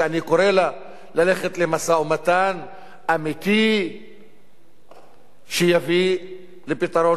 שאני קורא לה ללכת למשא-ומתן אמיתי שיביא לפתרון